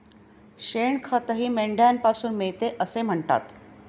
शेणखतही मेंढ्यांपासून मिळते असे म्हणतात